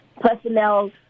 personnel